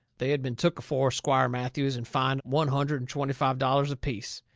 they had been took afore squire matthews and fined one hundred and twenty-five dollars apiece.